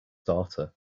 daughter